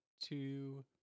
two